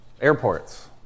airports